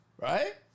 right